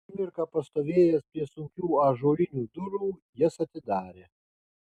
akimirką pastovėjęs prie sunkių ąžuolinių durų jas atidarė